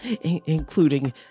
including